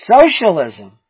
Socialism